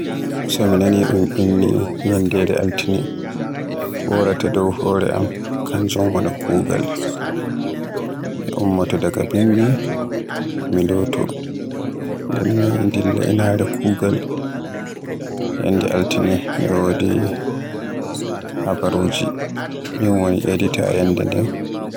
So mi nani un inni yanndere altine ko waraata dow hore am kanjum woni kugaal mi ummoyto daga bimbi mi loto mi dilla inaare kugaal. Nyande altine mi wodi habaruji, min woni edita e yande nden.